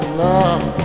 love